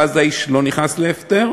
ואז האיש לא נכנס להפטר.